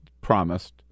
promised